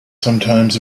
sometimes